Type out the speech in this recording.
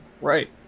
Right